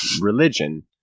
religion